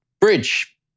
Bridge